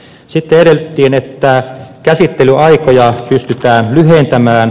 sitten edellytettiin että käsittelyaikoja pystytään lyhentämään